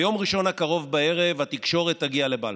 ביום ראשון הקרוב בערב התקשורת תגיע לבלפור.